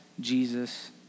Jesus